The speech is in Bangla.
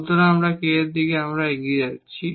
সুতরাং এই k এর দিকে আমরা এগিয়ে যাচ্ছি